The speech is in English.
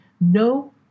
no